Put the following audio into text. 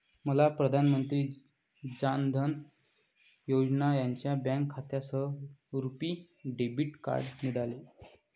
मला प्रधान मंत्री जान धन योजना यांच्या बँक खात्यासह रुपी डेबिट कार्ड मिळाले